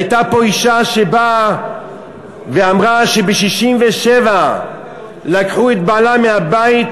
הייתה פה אישה שבאה ואמרה שב-1967 לקחו את בעלה מהבית,